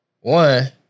One